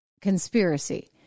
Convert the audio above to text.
conspiracy